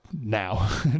now